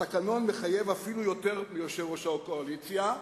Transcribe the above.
התקנון מחייב אפילו יותר מיושב-ראש הקואליציה.